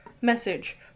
message